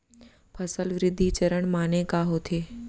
फसल वृद्धि चरण माने का होथे?